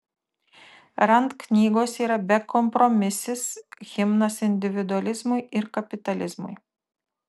rand knygos yra bekompromisis himnas individualizmui ir kapitalizmui